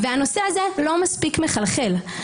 והנושא הזה לא מספיק מחלחל.